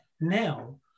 now